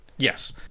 Yes